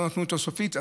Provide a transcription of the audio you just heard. לא נתנו אותו סופית,